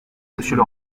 monsieur